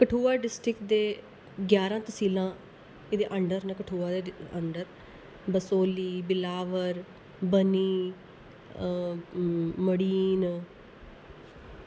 Kathua district दे ग्यारहां तसीलां इदे अंडर न कठुआ दे अंडर बसोह्ली बिलावर बनी मढ़ीन